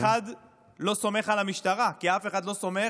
כי אף אחד לא סומך על המשטרה, כי אף אחד לא סומך